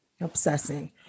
Obsessing